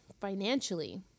financially